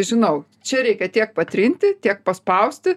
žinau čia reikia tiek patrinti tiek paspausti